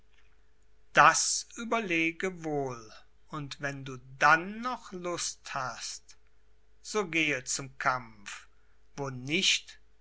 das überlege wohl und wenn du dann noch lust hast so gehe zum kampf wo nicht